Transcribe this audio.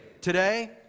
Today